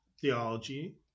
theology